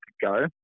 go